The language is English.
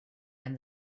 and